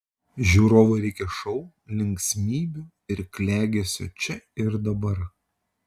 žiūrovui reikia šou linksmybių ir klegesio čia ir dabar